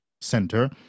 center